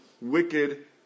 wicked